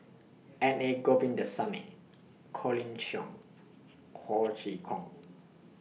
N A Govindasamy Colin Cheong Ho Chee Kong